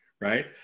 right